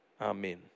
Amen